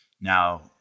Now